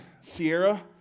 Sierra